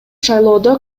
шайлоодо